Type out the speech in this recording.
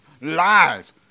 lies